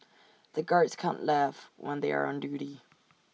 the guards can't laugh when they are on duty